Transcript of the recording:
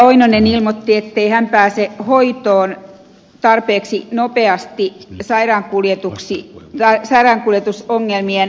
oinonen ilmoitti ettei hän pääse hoitoon tarpeeksi nopeasti sairaankuljetusongelmien vuoksi